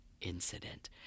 incident